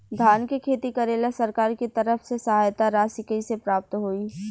धान के खेती करेला सरकार के तरफ से सहायता राशि कइसे प्राप्त होइ?